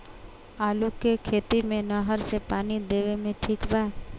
आलू के खेती मे नहर से पानी देवे मे ठीक बा?